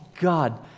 God